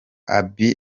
abiy